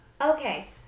Okay